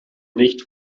nicht